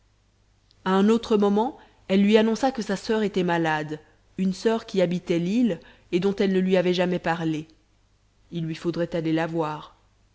un autre moment elle lui annonça que sa soeur était malade une soeur qui habitait lille et dont elle ne lui avait jamais parlé il lui faudrait aller la voir